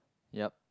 yup